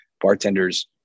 bartenders